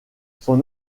son